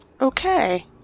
Okay